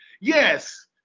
Yes